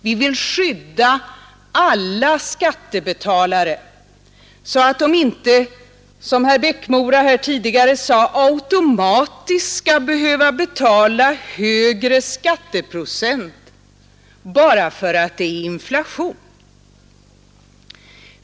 Vi vill skydda alla skattebetalare så att de inte automatiskt skall behöva betala högre skatteprocent bara för att det är inflation.